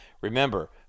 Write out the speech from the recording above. Remember